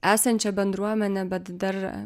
esančią bendruomenę bet dar